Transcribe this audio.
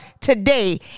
today